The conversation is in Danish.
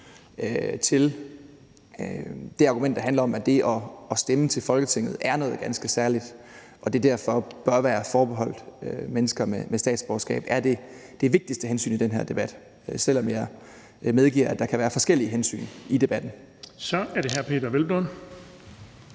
til det argument, der handler om, at det at stemme til Folketinget er noget ganske særligt, og at det derfor bør være forbeholdt mennesker med dansk statsborgerskab, er det vigtigste hensyn i den her debat, selv om jeg medgiver, at der kan være forskellige hensyn i debatten. Kl. 18:25 Den fg.